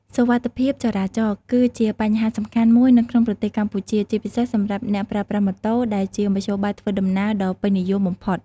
សុវត្ថិភាពចរាចរណ៍ គឺជាបញ្ហាសំខាន់មួយនៅក្នុងប្រទេសកម្ពុជា ជាពិសេសសម្រាប់អ្នកប្រើប្រាស់ម៉ូតូ ដែលជាមធ្យោបាយធ្វើដំណើរដ៏ពេញនិយមបំផុត។